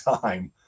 time